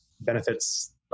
benefits